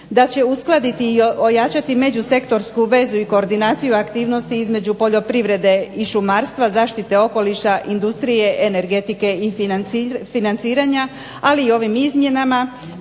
da će uskladiti i ojačati međusektorsku vezu i koordinaciju aktivnosti između poljoprivrede i šumarstva, zaštita okoliša, industrije, energetike i financiranja. Ali i ovim izmjenama